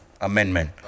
amendment